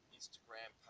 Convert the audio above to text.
Instagram